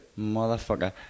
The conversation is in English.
Motherfucker